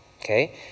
okay